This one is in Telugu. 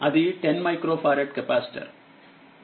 అది10మైక్రో ఫారడ్ కెపాసిటర్